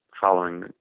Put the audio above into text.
following